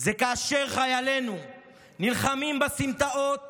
זה שכאשר חיילינו נלחמים בסמטאות